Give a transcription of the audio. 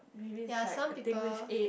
ya some people